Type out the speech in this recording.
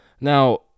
Now